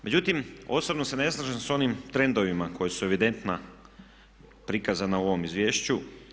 Međutim, osobno se ne slažem s onim trendovima koji su evidentno prikazani u ovom izvješću.